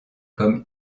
comme